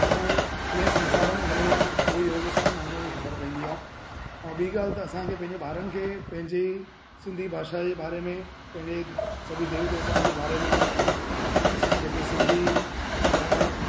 ऐं कीअं संसार में हलणो आहे उहो ई योग सां माण्हूअ खे ख़बर पवंदी आहे ऐं ॿी ॻाल्हि त असांखे पंहिंजे ॿारनि खे पंहिंजी सिंधी भाषा जे बारे में पंहिंजे सभई देवी देवताउनि जे बारे में असांजे जेके सिंधी जा